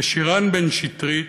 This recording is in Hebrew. ושירן בן שטרית,